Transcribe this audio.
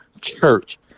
church